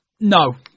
No